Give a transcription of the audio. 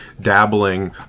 dabbling